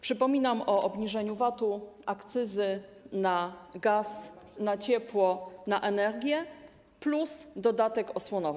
Przypominam o obniżeniu VAT, akcyzy na gaz, na ciepło, na energię - plus dodatek osłonowy.